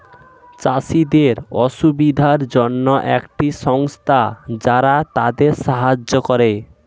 চাষীদের সুবিধার জন্যে একটি সংস্থা যারা তাদের সাহায্য করে